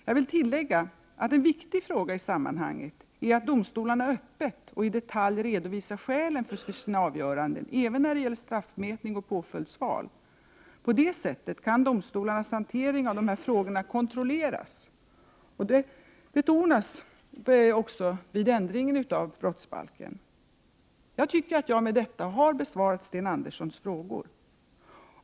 Jag vill tillägga att en viktig fråga i sammanhanget är att domstolarna öppet och i detalj redovisar skälen till sina avgöranden, även när det gäller straffmätning och påföljdsval. På det sättet kan domstolarnas hantering av dessa frågor kontrolleras. Detta betonas också i propositionen om ändringar i brottsbalken. Jag tycker att jag med detta har besvarat Sten Anderssons frågor.